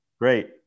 Great